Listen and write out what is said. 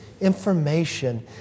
information